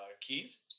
keys